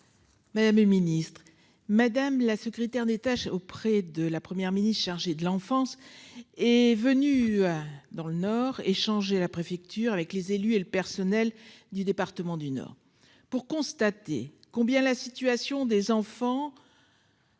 Madame le ministre, madame la secrétaire d'État auprès de la première mini chargé de l'enfance. Est venu dans le nord et changer la préfecture avec les élus et le personnel du département du Nord pour constater combien la situation des enfants. En détresse en